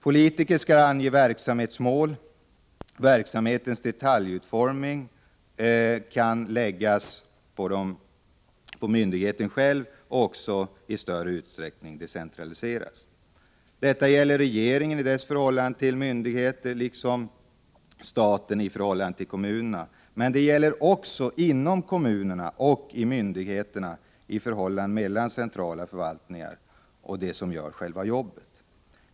Politiker skall ange verksamhetsmål; verksamhetens detaljutformning kan läggas på myndigheten själv och i större utsträckning decentraliseras. Detta gäller regeringen i dess förhållande till myndigheter liksom staten i förhållandet till kommunerna, men det gäller också inom kommunerna och inom myndigheterna, i förhållandet mellan centrala förvaltningar och dem som gör själva jobbet.